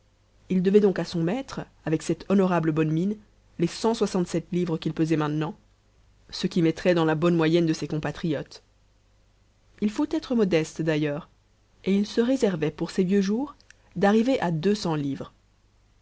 il devait donc à son maître avec cette honorable bonne mine les cent soixante-sept livres qu'il pesait maintenant ce qui mettrait dans la bonne moyenne de ses compatriotes il faut être modeste d'ailleurs et il se réservait pour ses vieux jours d'arriver à deux cents livres